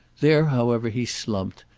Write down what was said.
there however he slumped,